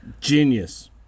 Genius